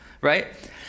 right